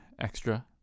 extra